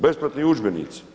Besplatni udžbenici.